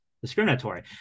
Discriminatory